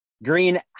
Green